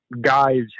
guy's